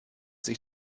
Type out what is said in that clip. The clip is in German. sich